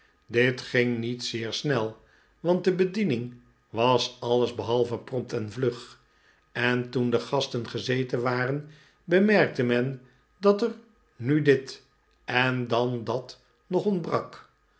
dit ging niet zeer snel want de bediening was alles behalve prompt en vlug en toen de gasten gezeten waren bemerkte men dat er nu dit en dan dat nog ontbrak